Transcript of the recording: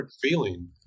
feeling